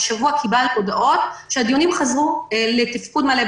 השבוע קיבלנו הודעות שהדיונים חזרו לתפקוד מלא,